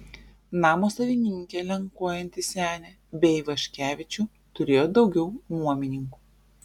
namo savininkė lenkuojanti senė be ivaškevičių turėjo daugiau nuomininkų